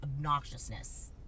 obnoxiousness